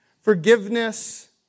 forgiveness